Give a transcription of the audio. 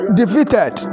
defeated